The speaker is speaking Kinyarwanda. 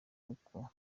uko